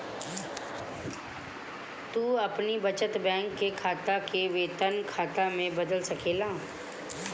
तू अपनी बचत बैंक के खाता के वेतन खाता में बदल सकेला